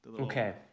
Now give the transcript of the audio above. Okay